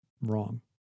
wrong